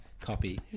copy